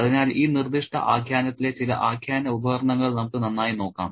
അതിനാൽ ഈ നിർദ്ദിഷ്ട ആഖ്യാനത്തിലെ ചില ആഖ്യാന ഉപകരണങ്ങൾ നമുക്ക് നന്നായി നോക്കാം